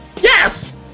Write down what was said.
Yes